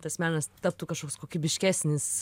tas menas taptų kažkoks kokybiškesnis